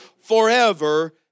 forever